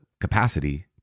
capacity